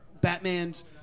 Batman's